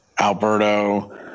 Alberto